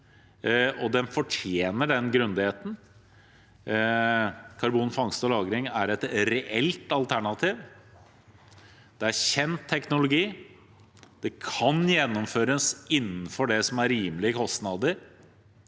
den fortjener den grundigheten. Karbonfangst og -lagring er et reelt alternativ. Det er kjent teknologi, det kan gjennomføres innenfor det som er rimelige kostnader,